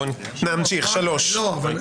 לא,